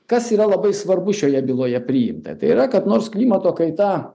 kas yra labai svarbu šioje byloje priimta tai yra kad nors klimato kaita